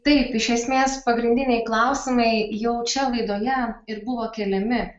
taip iš esmės pagrindiniai klausimai jau čia laidoje ir buvo keliami